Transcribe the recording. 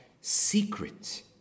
secret